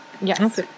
Yes